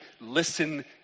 listen